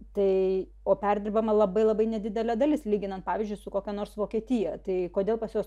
tai o perdirbama labai labai nedidelė dalis lyginant pavyzdžiui su kokia nors vokietija tai kodėl pas juos